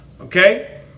okay